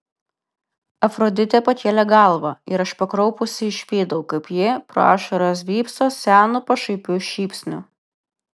afroditė pakėlė galvą ir aš pakraupusi išvydau kaip ji pro ašaras vypso senu pašaipiu šypsniu